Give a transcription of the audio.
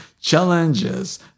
challenges